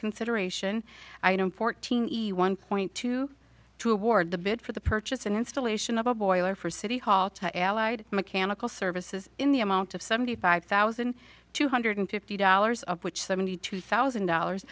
consideration fourteen one point two two award the bid for the purchase and installation of a boiler for city hall to allied mechanical services in the amount of seventy five thousand two hundred fifty dollars of which seventy two thousand dollars